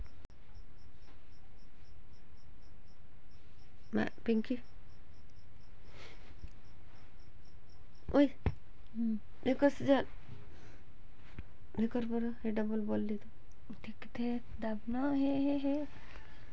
ठिबक सिंचनासाठी विहिरीत किती एच.पी ची मोटार पायजे?